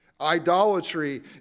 Idolatry